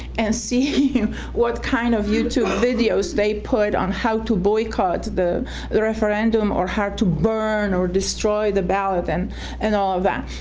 and see what kind of youtube videos they put on how to boycott the the referendum, or how to burn or destroy the ballot and and all of that.